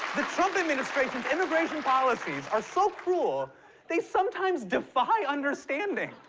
the trump administration's immigration policies are so cruel they sometimes defy understanding.